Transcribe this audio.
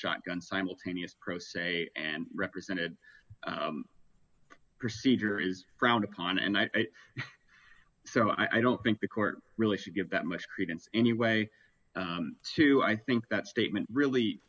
shotgun simultaneous pro se and represented procedure is frowned upon and i think so i don't think the court really should give that much credence anyway to i think that statement really